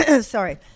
Sorry